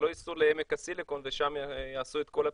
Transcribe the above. שלא ייסעו לעמק הסיליקון ושם יעשו את כל הפיתוחים.